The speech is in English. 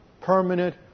permanent